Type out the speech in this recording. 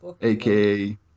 aka